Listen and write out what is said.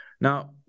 Now